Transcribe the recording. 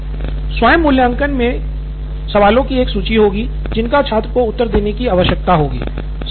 नितिन कुरियन स्व मूल्यांकन मे सवालों की एक सूची होगी जिनका छात्र को उत्तर देने की आवश्यकता होगी